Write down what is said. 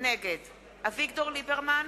נגד אביגדור ליברמן,